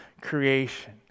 creation